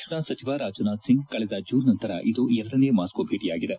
ರಕ್ಷಣಾ ಸಚಿವ ರಾಜನಾಥ್ ಸಿಂಗ್ ಕಳೆದ ಜೂನ್ ನಂತರ ಇದು ಎರಡನೆ ಮಾಸ್ತೊ ಭೇಟಿಯಾಗಿದೆ